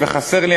וחסרה לי,